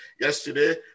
Yesterday